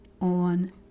on